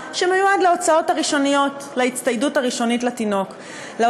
מענק להוצאות הראשוניות לתינוק או